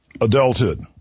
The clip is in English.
Adulthood